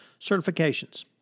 certifications